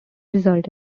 result